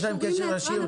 יש להם קשר ישיר.